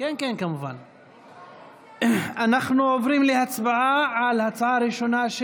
אנחנו עוברים להצבעה על ההצעה הראשונה,